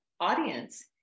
audience